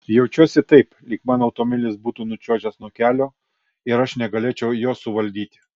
jaučiuosi taip lyg mano automobilis būtų nučiuožęs nuo kelio ir aš negalėčiau jo suvaldyti